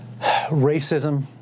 Racism